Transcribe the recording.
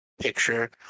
picture